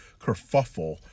kerfuffle